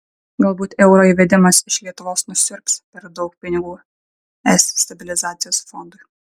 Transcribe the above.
galbūt euro įvedimas iš lietuvos nusiurbs per daug pinigų es stabilizacijos fondui